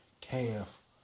calf